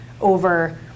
over